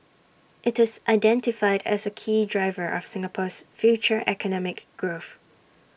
IT is identified as A key driver of Singapore's future economic growth